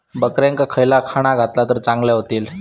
बकऱ्यांका खयला खाणा घातला तर चांगल्यो व्हतील?